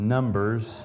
Numbers